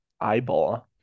eyeball